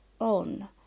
on